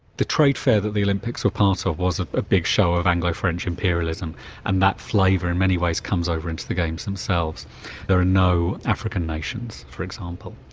the trade fair that the olympics were part of was a ah big show of anglo-french imperialism and that flavour in many ways comes over into the games themselves. there are no african nations, for example.